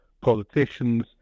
politicians